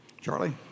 Charlie